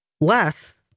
less